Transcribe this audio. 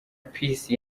peace